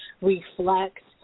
reflect